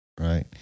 Right